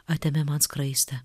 atėmė man skraistę